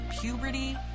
puberty